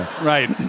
Right